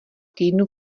týdnů